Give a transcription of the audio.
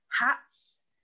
hats